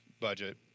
budget